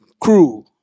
crew